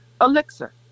elixir